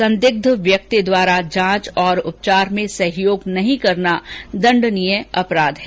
संदिग्ध व्यक्ति द्वारा जांच और उपचार में सहयोग नही करना दंडनीय अपराध है